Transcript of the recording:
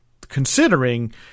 considering